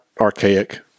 archaic